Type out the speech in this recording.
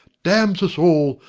damns us all,